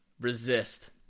resist